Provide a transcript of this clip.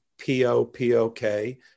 P-O-P-O-K